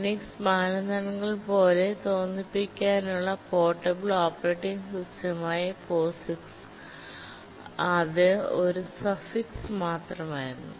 Unix മാനദണ്ഡങ്ങൾ പോലെ തോന്നിപ്പിക്കുന്നതിനുള്ള പോർട്ടബിൾ ഓപ്പറേറ്റിംഗ് സിസ്റ്റമായ POSന് ഇത് ഒരു സഫിക്സ് മാത്രമായിരുന്നു